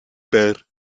pair